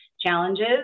challenges